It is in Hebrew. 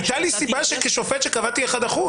הייתה לי סיבה שכשופט קבעתי אחוז אחד.